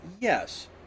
Yes